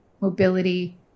mobility